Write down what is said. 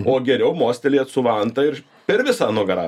o geriau mostelėt su vanta ir per visą nugarą